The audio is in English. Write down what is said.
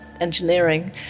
engineering